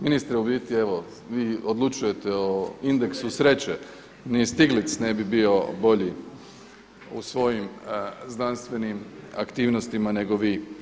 Ministre u biti vi odlučujete o indeksu sreće, ni Stiglic ne bi bio bolji u svojim znanstvenim aktivnostima nego vi.